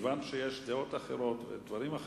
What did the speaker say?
מכיוון שיש דעות אחרות ודברים אחרים,